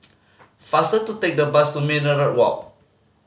faster to take the bus to Minaret Walk